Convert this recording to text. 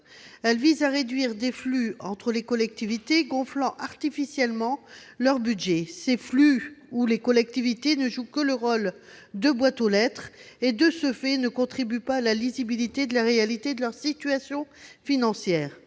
Il vise à réduire des flux entre les collectivités gonflant artificiellement leur budget. Ces flux, où les collectivités ne jouent que le rôle de boîtes aux lettres, ne contribuent pas à la lisibilité de leur situation financière